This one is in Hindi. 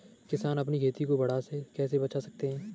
किसान अपनी खेती को बाढ़ से कैसे बचा सकते हैं?